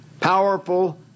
Powerful